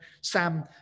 Sam